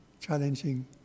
challenging